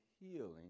healing